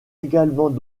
également